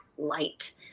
Light